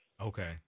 Okay